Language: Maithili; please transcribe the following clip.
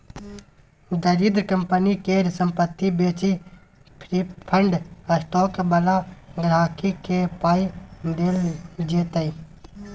दरिद्र कंपनी केर संपत्ति बेचि प्रिफर्ड स्टॉक बला गांहिकी केँ पाइ देल जेतै